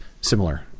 similar